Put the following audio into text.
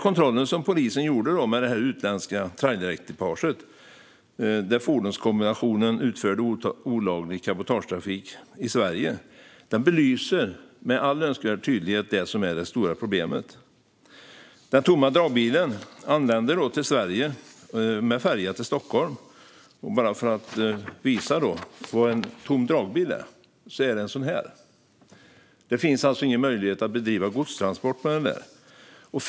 Kontrollen som polisen gjorde av det utländska trailerekipaget, där det framkom att fordonskombinationen utförde olaglig cabotagetrafik i Sverige, belyser med all önskvärd tydlighet det som är det stora problemet. Den tomma dragbilen anlände till Sverige med färja till Stockholm. Bara för att visa vad en tom dragbil är håller jag upp den här bilden. Det finns ingen möjlighet att bedriva godstransport med en sådan här.